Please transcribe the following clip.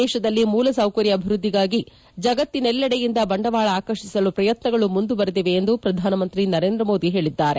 ದೇಶದಲ್ಲಿ ಮೂಲ ಸೌಕರ್ಯ ಅಭಿವೃದ್ದಿಗಾಗಿ ಜಗತ್ತಿನೆಲ್ಲೆಡೆಯಿಂದ ಬಂಡವಾಳ ಆಕರ್ಷಿಸಲು ಪ್ರಯತ್ನಗಳು ಮುಂದುವರೆದಿವೆ ಎಂದು ಪ್ರಧಾನಮಂತ್ರಿ ನರೇಂದ್ರ ಮೋದಿ ಹೇಳಿದ್ದಾರೆ